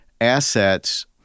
assets